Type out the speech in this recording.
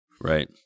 Right